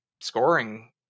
scoring